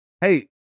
Hey